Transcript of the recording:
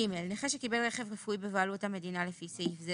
(ג)(1) נכה שקיבל רכב רפואי בבעלות המדינה לפי סעיף זה,